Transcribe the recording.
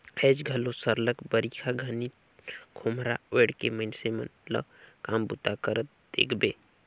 आएज घलो सरलग बरिखा घनी खोम्हरा ओएढ़ के मइनसे मन ल काम बूता करत देखबे